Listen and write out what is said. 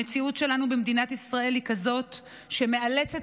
המציאות שלנו במדינת ישראל היא כזאת שמאלצת